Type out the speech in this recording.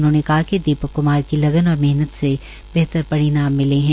उन्होंने कहा कि दीपक कुमार की लगन मेहनत से बेहतर परिणाम मिले है